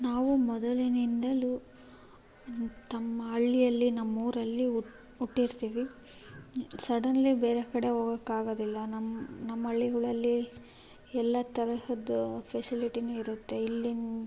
ನಾವು ಮೊದಲಿನಿಂದಲೂ ತಮ್ಮ ಹಳ್ಳಿಯಲ್ಲಿ ನಮ್ಮೂರಲ್ಲಿ ಹುಟ್ಟಿರ್ತೀವಿ ಸಡನ್ಲಿ ಬೇರೆ ಕಡೆ ಹೊಗೋಕ್ಕಾಗೊದಿಲ್ಲ ನಮ್ಮ ನಮ್ಮ ಹಳ್ಳಿಗಳಲ್ಲಿ ಎಲ್ಲ ತರಹದ್ದು ಫೆಸಿಲಿಟಿನೂ ಇರುತ್ತೆ ಇಲ್ಲಿನ